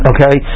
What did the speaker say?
Okay